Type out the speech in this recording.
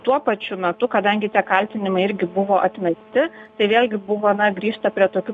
tuo pačiu metu kadangi tie kaltinimai irgi buvo atmesti tai vėlgi buvo na grįžta prie tokių